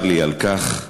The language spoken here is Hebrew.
צר לי על כך.